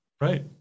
Right